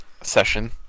session